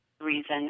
reason